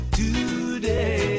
today